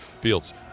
Fields